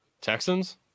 texans